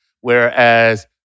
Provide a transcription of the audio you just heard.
whereas